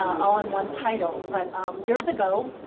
all in one title. but years ago,